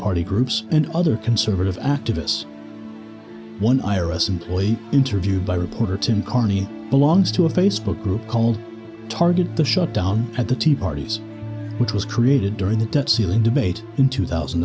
party groups and other conservative activists one i r s employee interviewed by reporter tim carney belongs to a facebook group called targeted the shutdown at the tea parties which was created during the debt ceiling debate in two thousand